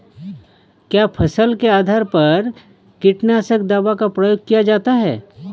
क्या फसल के आधार पर कीटनाशक दवा का प्रयोग किया जाता है?